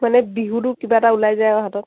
মানে বিহুটো কিবা এটা ওলাই যায় আৰু হাতত